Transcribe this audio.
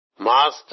Master